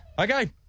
Okay